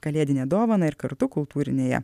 kalėdinę dovaną ir kartu kultūrinėje